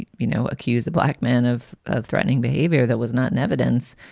you know, accuse a black man of ah threatening behavior that was not in evidence.